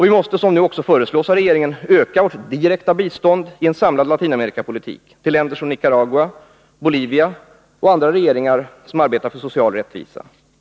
Vi måste, som nu också föreslås av regeringen, öka vårt direkta bistånd i en samlad Latinamerikapolitik till länder som Nigaragua, Bolivia och andra länder med regeringar som arbetar för social rättvisa.